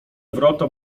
wrota